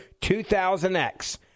2000X